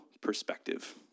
perspective